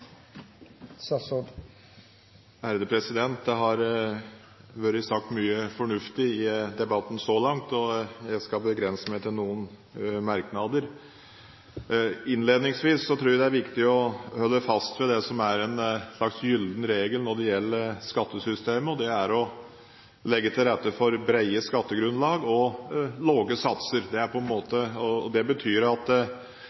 Det har vært sagt mye fornuftig i debatten så langt – og jeg skal begrense meg til noen merknader. Innledningsvis tror jeg det er viktig å holde fast ved det som er en slags gyllen regel når det gjelder skattesystemet, og det er å legge til rette for brede skattegrunnlag og lave satser. Det